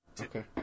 Okay